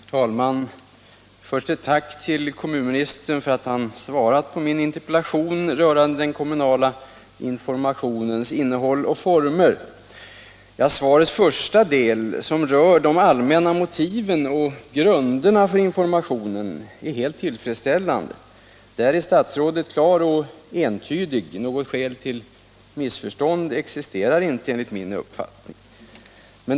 Herr talman! Först ett tack till kommunministern för att han svarat på min interpellation rörande den kommunala informationens innehåll och former. Svarets första del — som rör de allmänna motiven och grunderna för informationen — är helt tillfredsställande. Där är statsrådet klar och entydig. Något skäl för missförstånd existerar inte.